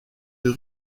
des